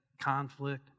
conflict